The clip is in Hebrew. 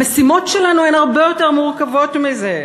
המשימות שלנו הן הרבה יותר מורכבות מזה.